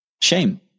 Shame